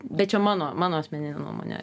bet čia mano mano asmeninė nuomonė